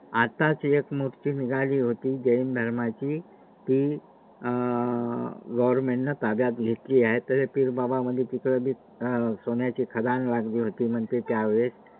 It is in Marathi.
आत्ताच एक मूर्ती निघाली होती जैन धर्माची ती गवरमेंटनं ताब्यात घेतली आहे तर पीर बाबा म्हणजे तिकडं बी सोन्याची खदान लागली होती म्हणते त्यावेळेस